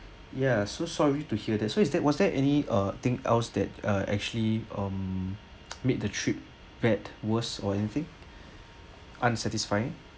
ya so sorry to hear that so is that was there any uh thing else that are actually um made the trip bad worse or anything unsatisfying